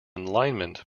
alignment